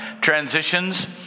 transitions